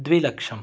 द्विलक्षम्